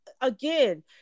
Again